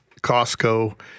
Costco